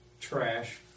trash